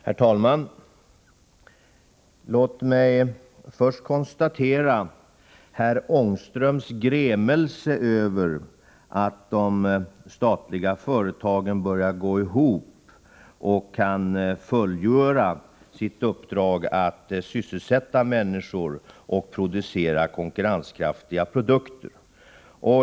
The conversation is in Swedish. Herr talman! Låt mig först konstatera herr Ångströms grämelse över att de statliga företagen börjar gå ihop och kan fullgöra sitt uppdrag att sysselsätta människor och producera konkurrenskraftiga produkter.